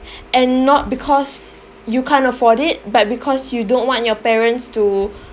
and not because you can't afford it but because you don't want your parents to